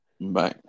Bye